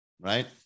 right